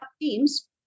teams